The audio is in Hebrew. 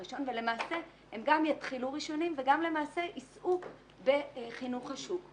2019 ולמעשה הם גם יתחילו ראשונים וגם יצאו בחינוך השוק,